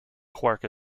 quark